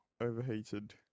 overheated